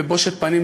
בבושת פנים,